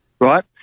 right